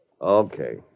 Okay